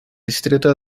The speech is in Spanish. distrito